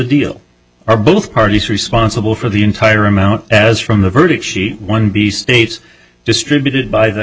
deal are both parties responsible for the entire amount as from the verdict sheet one be states distributed by the